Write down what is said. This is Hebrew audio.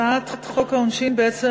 הצעת חוק העונשין בעצם